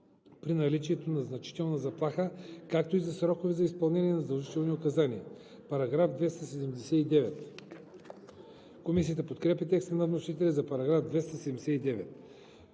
при наличието на значителна заплаха, както и за срокове за изпълнение на задължителните указания.“ Комисията подкрепя текста на вносителя за § 279.